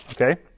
Okay